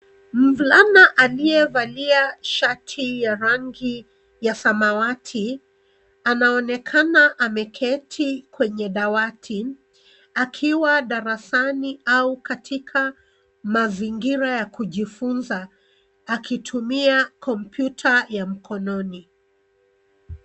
Mvulana aliyevalia shati ya rangi ya samawati, anaonekana ameketi kwenye dawati, akiwa darasani au katika mazingira ya kujifunza, akitumia kompyuta ya mkononi.